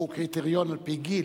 הוא קריטריון על-פי גיל,